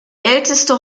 älteste